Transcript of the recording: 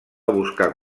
buscar